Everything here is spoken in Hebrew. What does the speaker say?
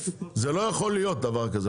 זה לא יכול להיות דבר כזה.